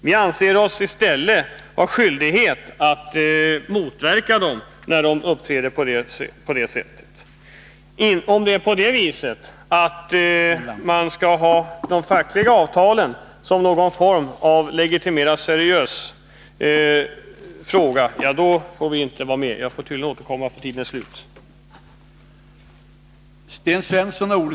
Vi anser oss i stället ha skyldighet att motverka dem, när de uppträder på det sätt som de gör. Om det är på det viset att de fackliga avtalen har utnyttjats som någon form av legitimation av det seriösa i verksamheten, vill vi inte vara med. Jag ser att min taletid är slut, och jag ber att få återkomma.